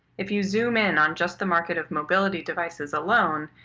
if you zoom in on just the market of mobility devices alone,